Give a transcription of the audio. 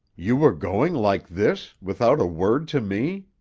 you were going like this, without a word to me?